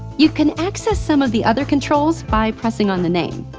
you can access some of the other controls by pressing on the name.